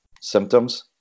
symptoms